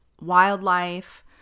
wildlife